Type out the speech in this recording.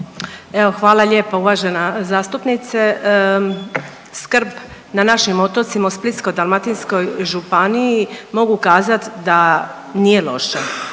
hvala lijepa uvažena zastupnice. Skrb na našim otocima u Splitsko-dalmatinskoj županiji mogu kazati da nije loše.